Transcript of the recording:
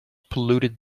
polluted